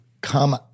come